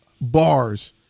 Bars